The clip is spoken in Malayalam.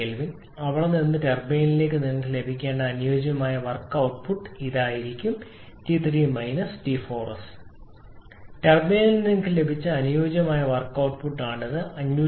66 അവിടെ നിന്ന് ടർബൈനിൽ നിന്ന് നിങ്ങൾക്ക് ലഭിക്കേണ്ട അനുയോജ്യമായ വർക്ക് output ട്ട്പുട്ട് ഇതായിരിക്കും 𝑇3 𝑇4𝑠 ടർബൈനിൽ നിന്ന് നിങ്ങൾക്ക് ലഭിച്ച അനുയോജ്യമായ വർക്ക് ഔട്ട്പുട്ടാണിത് 585